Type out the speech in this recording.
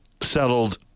settled